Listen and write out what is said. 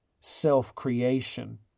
self-creation